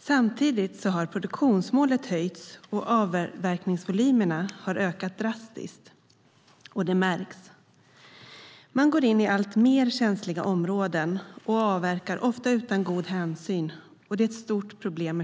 Samtidigt har produktionsmålet höjts, och avverkningsvolymerna har ökat drastiskt. Det märks. Man går in i alltmer känsliga områden och avverkar ofta utan god hänsyn. Körskador är ett stort problem.